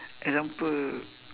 example